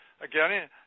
Again